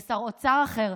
יהיה שר אוצר אחר,